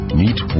meet